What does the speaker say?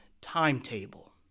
timetable